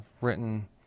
written